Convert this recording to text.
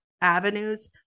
avenues